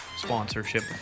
sponsorship